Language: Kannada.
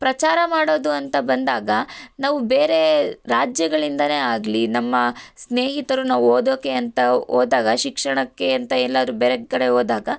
ಪ್ರಚಾರ ಮಾಡೋದು ಅಂತ ಬಂದಾಗ ನಾವು ಬೇರೆ ರಾಜ್ಯಗಳಿಂದಲೇ ಆಗಲೀ ನಮ್ಮ ಸ್ನೇಹಿತರು ನಾವು ಓದೋಕ್ಕೆ ಅಂತ ಹೋದಾಗ ಶಿಕ್ಷಣಕ್ಕೆ ಅಂತ ಎಲ್ಲಾದರೂ ಬೇರೆ ಕಡೆ ಹೋದಾಗ